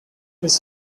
his